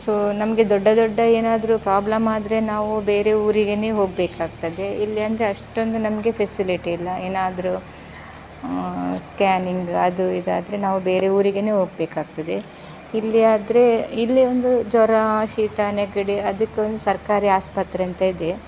so ನಮಗೆ ದೊಡ್ಡ ದೊಡ್ಡ ಏನಾದರು ಪ್ರಾಬ್ಲಮ್ ಆದರೆ ನಾವು ಬೇರೆ ಊರಿಗೇ ಹೋಗಬೇಕಾಗ್ತದೆ ಇಲ್ಲಿ ಅಂದರೆ ಅಷ್ಟೊಂದು ನಮಗೆ ಫೆಸಿಲಿಟಿ ಇಲ್ಲ ಏನಾದರೂ ಸ್ಕ್ಯಾನಿಂಗ್ ಅದು ಇದಾದರೆ ನಾವು ಬೇರೆ ಊರಿಗೇ ಹೋಗ್ಬೇಕಾಗ್ತದೆ ಇಲ್ಲಿ ಆದರೆ ಇಲ್ಲಿ ಒಂದು ಜ್ವರ ಶೀತ ನೆಗಡಿ ಅದಕ್ಕೊಂದು ಸರ್ಕಾರಿ ಆಸ್ಪತ್ರೆ ಅಂತ ಇದೆ